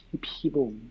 people